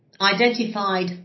Identified